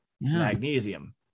magnesium